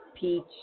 Peach